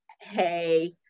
hey